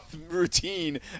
routine